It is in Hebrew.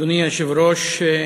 אדוני היושב-ראש,